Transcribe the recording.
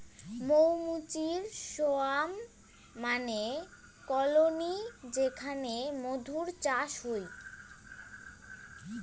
মৌ মুচির সোয়ার্ম মানে কলোনি যেখানে মধুর চাষ হই